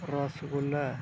ᱨᱚᱥᱜᱩᱞᱞᱟ